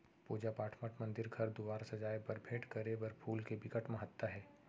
पूजा पाठ, मठ मंदिर, घर दुवार सजाए बर, भेंट करे बर फूल के बिकट महत्ता हे